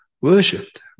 worshipped